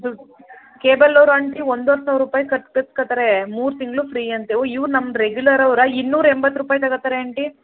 ದುಡ್ಡು ಕೇಬಲ್ ಅವರು ಆಂಟಿ ಒಂದೂವರೆ ಸಾವಿರ ರೂಪಾಯಿ ಕಟ್ಟಸ್ಕೊತಾರೆ ಮೂರು ತಿಂಗಳು ಫ್ರೀ ಅಂತೆ ಓ ಇವ್ರು ನಮ್ಮ ರೆಗ್ಯುಲರ್ ಅವರಾ ಇನ್ನೂರ ಎಂಬತ್ತು ರೂಪಾಯಿ ತಗೊತಾರೆ ಆಂಟಿ